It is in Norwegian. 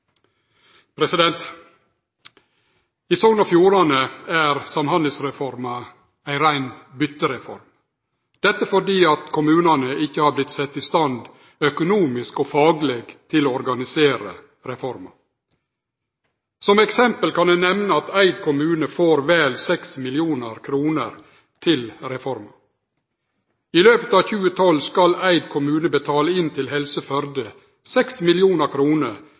Samhandlingsreforma ei rein byttereform. Dette fordi kommunane ikkje har vorte sette i stand økonomisk og fagleg til å organisere reforma. Som eksempel kan eg nemne at Eid kommune får vel 6 mill. kr til reforma. I løpet av 2012 skal Eid kommune betale inn 6 mill. kr til Helse Førde